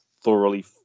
thoroughly